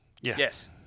yes